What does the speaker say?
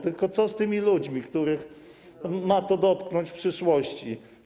Tylko co z tymi ludźmi, których ma to dotknąć w przyszłości?